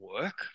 work